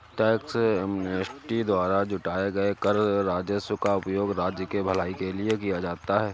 tax amnesty द्वारा जुटाए गए कर राजस्व का उपयोग राज्य की भलाई के लिए किया जाता है